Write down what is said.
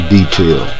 Detail